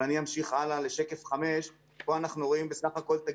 אבל אני אמשיך הלאה לשקף 5. פה אנחנו רואים את הגידולים.